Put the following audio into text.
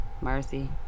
Mercy